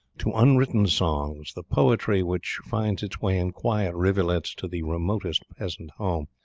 to unwritten songs the poetry which finds its way in quiet rivulets to the remotest peasant home.